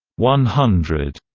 one hundred,